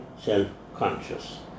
self-conscious